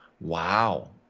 Wow